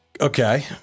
Okay